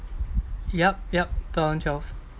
yup yup two thousand twelve